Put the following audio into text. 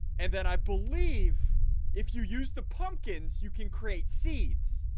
and then i believe if you use the pumpkins you can create seeds